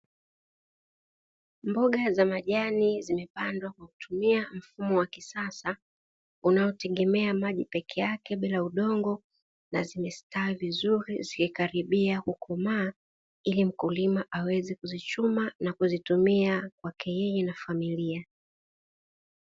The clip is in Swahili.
Mboga za majani zimepandwa kwa kutumia mfumo wa kisasa unaotegemea maji peke yake bila udongo, na zimestawi vizuri zikikaribia kukomaa ili mkulima aweze kuzichuma na kuzitumia kwake yeye na familia.